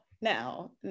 Now